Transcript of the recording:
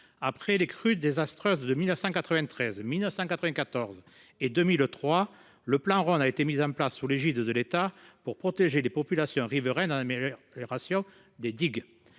Après les crues désastreuses de 1993, de 1994 et de 2003, le plan Rhône a été mis en place, sous l’égide de l’État, pour protéger les populations riveraines en améliorant les digues.